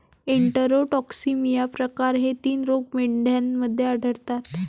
enterotoxaemia प्रकार हे तीन रोग मेंढ्यांमध्ये आढळतात